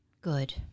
Good